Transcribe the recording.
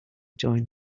join